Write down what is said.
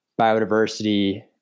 biodiversity